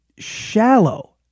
shallow